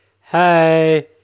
Hey